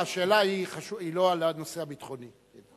השאלה היא לא על הנושא הביטחוני.